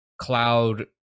cloud